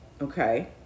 okay